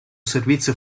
servizio